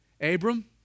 Abram